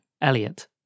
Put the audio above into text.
Elliot